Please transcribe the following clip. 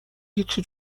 هیچی